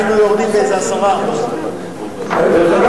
היינו יורדים באיזה 10%. דרך אגב,